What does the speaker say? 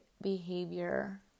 behavior